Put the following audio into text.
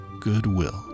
goodwill